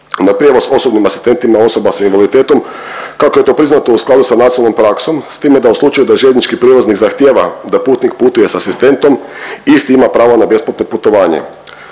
na prijevoz osobnim asistentima osoba s invaliditetom kako je to priznato u skladu sa nacionalnom praksom s time da u slučaju da željeznički prijevoznik zahtjeva da putnik putuje sa asistentom isti ima pravo na besplatno putovanje.